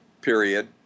period